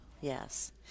yes